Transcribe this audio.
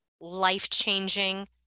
life-changing